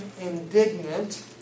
indignant